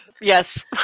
Yes